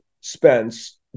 Spence